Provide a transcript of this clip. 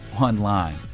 online